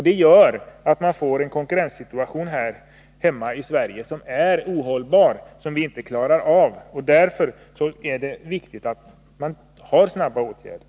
Detta gör att det här i Sverige uppstår en konkurrenssituation, som är ohållbar och som vi inte klarar av. Därför är det viktigt att man genomför snabba åtgärder.